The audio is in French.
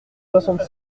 soixante